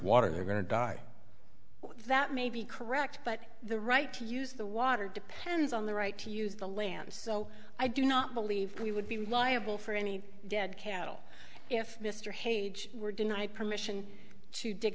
they're going to die that may be correct but the right to use the water depends on the right to use the land so i do not believe we would be liable for any dead cattle if mr hage were denied permission to